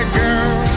girl